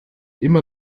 immer